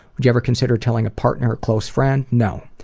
would you ever consider telling a partner or close friend? no.